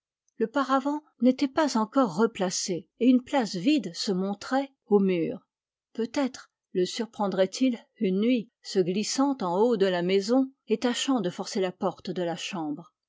le paravent n'était pas encore replacé et une place vide se montrait au mur peut-être le surprendrait il une nuit se glissant en haut de la maison et tâchant de forcer la porte de la chambre